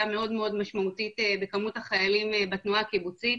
מאוד משמעותית בכמות החיילים בתנועה הקיבוצית,